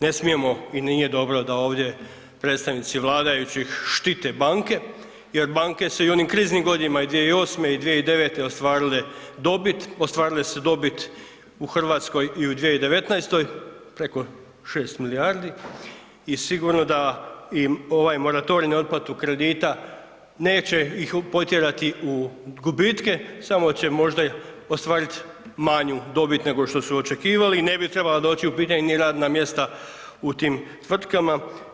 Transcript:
Ne smijemo i nije dobro da ovdje predstavnici vladajućih štite banke jer banke su i u onim kriznim godinama i 2008. i 2009. ostvarile dobit, ostvarile su dobit u RH i u 2019. preko 6 milijardi i sigurno da im ovaj moratorij na otplatu kredita neće ih potjerati u gubitke, samo će možda ostvarit manju dobit nego što su očekivali i ne bi trebala doći u pitanje ni radna mjesta u tim tvrtkama.